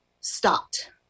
stopped